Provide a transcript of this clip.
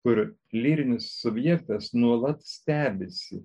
kur lyrinis subjektas nuolat stebisi